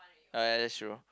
oh ya that's true